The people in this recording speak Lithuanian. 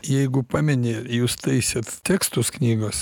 jeigu pameni jūs taisėt tekstus knygos